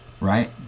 right